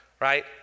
right